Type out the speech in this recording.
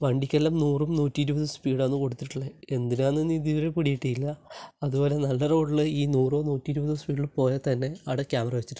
വണ്ടിക്കെല്ലാം നൂറും നൂറ്റിയിരുപതും സ്പീഡാണ് കൊടുത്തിട്ടുള്ളത് എന്തിനാണെന്ന് ഇതു വരെ പിടി കിട്ടിയില്ല അതുപോലെ നല്ല റോഡിലൂടെ ഈ നൂറോ നൂറ്റി ഇരുപതോ സ്പീഡില് പോയാൽ തന്നെ അവിടെ ക്യാമറ വച്ചിട്ടുണ്ടാവും